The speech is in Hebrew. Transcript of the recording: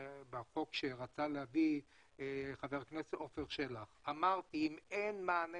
בחוק שרצה להביא חבר הכנסת עפר שלח שאם אין מענה